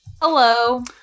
Hello